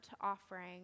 offering